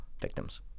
victims